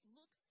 Look